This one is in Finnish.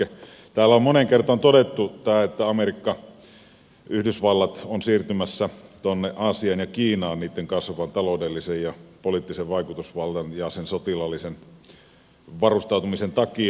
täällä on moneen kertaan todettu tämä että amerikka yhdysvallat on siirtymässä tuonne aasiaan ja kiinaan niitten kasvavan taloudellisen ja poliittisen vaikutusvallan ja sen sotilaallisen varustautumisen takia